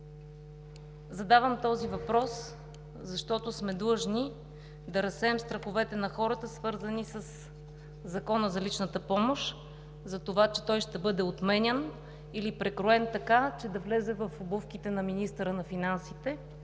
Задавам този въпрос, защото сме длъжни да разсеем страховете на хората, свързани със Закона за личната помощ, че той ще бъде отменен или прекроен така, че да влезе в обувките на министъра на финансите